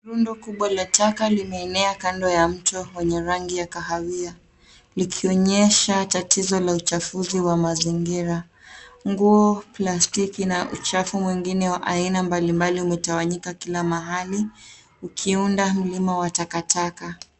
Rundo kubwa la taka limeenea kando ya mto wenye rangi ya kahawia likionyesha tatizo la uchafuzi wa mazingira nguo , plastiki na uchafu mwingine wa aina mbali mbali umetawanyika kila mahali ukiunda mlima wa taka taka